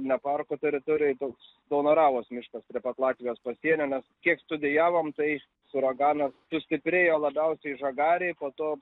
ne parko teritorijoj koks daunoravos miškas prie pat latvijos pasienio nes kiek studijavom tai uraganas sustiprėjo labiausiai žagarėj po to